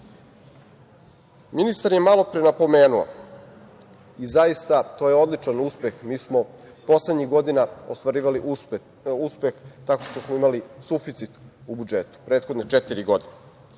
je malo pre napomenuo i zaista, to je odličan uspeh, mi smo poslednjih godina ostvarivali uspeh tako što smo imali suficit u budžetu prethodne četiri godine.